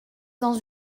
dans